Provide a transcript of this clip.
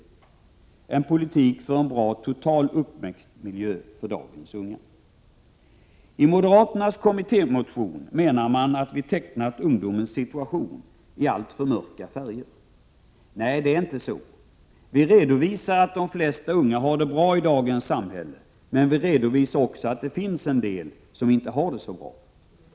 Det är en politik för en bra total uppväxtmiljö för dagens ungdomar. I moderaternas kommittémotion hävdas att vi tecknat ungdomens situation i alltför mörka färger. Nej, det är inte så. Vi redovisar att de flesta unga har det bra i dagens samhälle, men vi redovisar också att det finns en del som inte har det så bra.